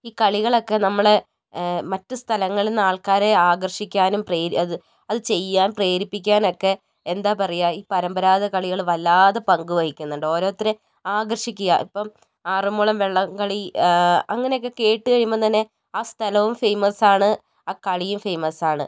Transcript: ഈ കളികളൊക്കേ നമ്മൾ മറ്റു സ്ഥലങ്ങളിൽ നിന്ന് ആൾക്കാരേ ആകർഷിക്കാനും പ്രേരി അത് ചെയ്യാൻ പ്രേരിപ്പിക്കാനും ഒക്കേ എന്താ പറയുക ഈ പരമ്പരാഗത കളികൾ വല്ലാണ്ട് പങ്കുവഹിക്കുന്നുണ്ട് ഓരോരുത്തർ ആകർഷിക്കുക ഇപ്പം ആറന്മുള വള്ളംകളി അങ്ങനെയൊക്കേ കേട്ട് കഴിയുമ്പോൾ തന്നേ ആ സ്ഥലവും ഫെയ്മസ് ആണ് ആ കളിയും ഫേയ്മസ് ആണ്